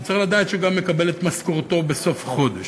הוא צריך לדעת שהוא גם יקבל את משכורתו בסוף החודש.